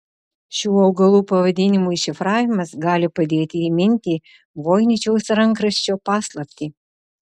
šių augalų pavadinimų iššifravimas gali padėti įminti voiničiaus rankraščio paslaptį